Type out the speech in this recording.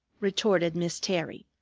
retorted miss terry,